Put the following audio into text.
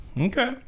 Okay